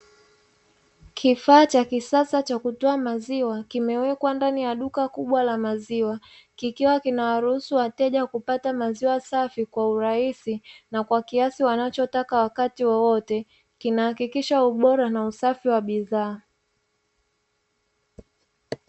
Kifaa cha kisasa cha kutoa maziwa kimewekwa ndani ya duka kubwa la maziwa, kikiwa kinawa ruhusu wateja kupata maziwa safi kwa urahisi na kwa kiasi wanacho taka wakati wowote, kina hakikisha ubora na usafi wa bidhaa.